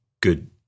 good